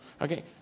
Okay